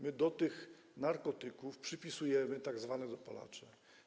My do tych narkotyków przypisujemy tzw. dopalacze.